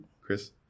Chris